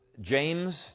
James